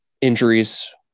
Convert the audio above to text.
injuries